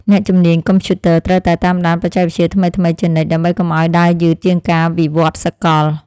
អ្នកជំនាញកុំព្យូទ័រត្រូវតែតាមដានបច្ចេកវិទ្យាថ្មីៗជានិច្ច ដើម្បីកុំឱ្យដើរយឺតជាងការវិវត្តសកល។